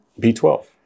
B12